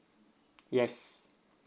yes